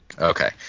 Okay